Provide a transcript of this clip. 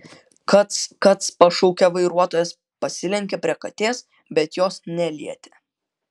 kac kac pašaukė vairuotojas pasilenkė prie katės bet jos nelietė